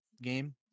Game